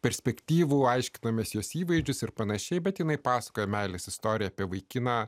perspektyvų aiškinamės jos įvaizdžius ir pan bet jinai pasakojo meilės istoriją apie vaikiną